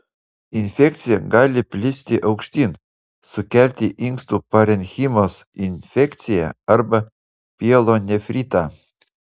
infekcija gali plisti aukštyn sukelti inkstų parenchimos infekciją arba pielonefritą